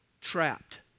Trapped